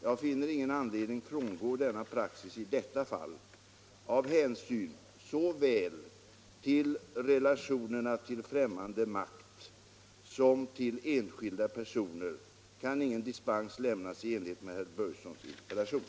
Jag finner ingen anledning frångå denna praxis i detta fall. Med tanke på relationerna såväl till främmande makt som till enskilda personer kan ingen dispens lämnas i enlighet med herr Börjessons interpellation.